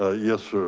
ah yes, sir.